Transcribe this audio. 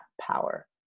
power